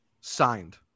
signed